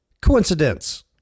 Coincidence